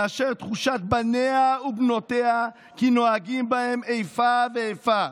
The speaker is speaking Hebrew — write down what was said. מאשר תחושת בניה ובנותיה כי נוהגים בהם איפה ואיפה.